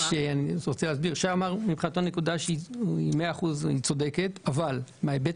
שי העלה נקודה צודקת במאה אחוזים אבל מההיבט